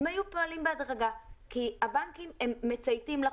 הם היו פועלים בהדרגה כי הבנקים מצייתים לחוק.